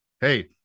hey